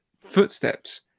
footsteps